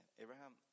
Abraham